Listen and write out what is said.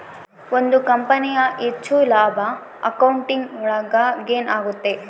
ಒಂದ್ ಕಂಪನಿಯ ಹೆಚ್ಚು ಲಾಭ ಅಕೌಂಟಿಂಗ್ ಒಳಗ ಗೇನ್ ಆಗುತ್ತೆ